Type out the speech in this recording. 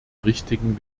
richtigen